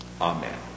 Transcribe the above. Amen